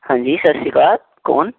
ਹਾਂਜੀ ਸਤਿ ਸ਼੍ਰੀ ਅਕਾਲ ਕੌਣ